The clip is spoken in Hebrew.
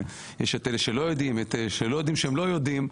יש את אלה שלא יודעים ואת אלה שלא יודעים שהם לא יודעים,